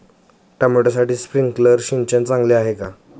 टोमॅटोसाठी स्प्रिंकलर सिंचन चांगले आहे का?